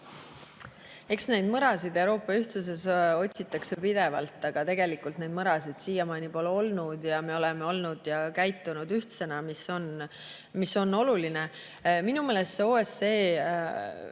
Eks neid mõrasid Euroopa ühtsuses otsitakse pidevalt, aga tegelikult neid mõrasid siiamaani pole olnud, me oleme käitunud ühtsena, ja see on oluline. Minu meelest